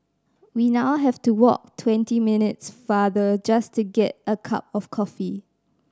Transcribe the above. we now have to walk twenty minutes farther just to get a cup of coffee